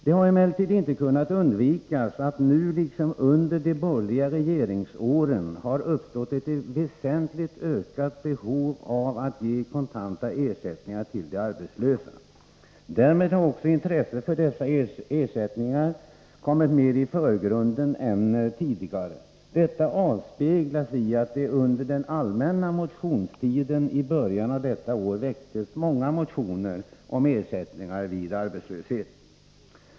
Det har emellertid inte kunnat undvikas att det nu, liksom under de borgerliga regeringsåren, har uppstått ett väsentligt ökat behov av att ge kontanta ersättningar till de arbetslösa. Därmed har också intresset för dessa ersättningar kommit mer i förgrunden än tidigare. Detta avspeglas i att det under den allmänna motionstiden i början av detta år väcktes många motioner om ersättningar vid arbetslöshet.